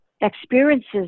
experiences